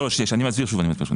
אסביר שוב.